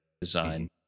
design